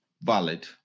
valid